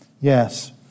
Yes